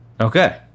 Okay